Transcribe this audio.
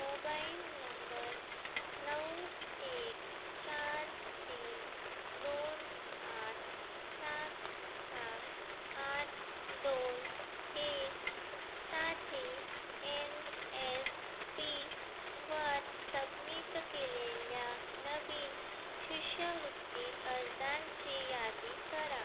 mobile number नऊ एक चार तीन दोन आठ सात सात आठ दोन एक साठी एन एस पी वर सबमिट केलेल्या नवीन शिष्यवृत्ती अर्जांची यादी करा